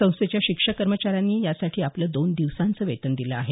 संस्थेच्या शिक्षक कर्मचाऱ्यांनी यासाठी आपलं दोन दिवसांचं वेतन दिलं आहे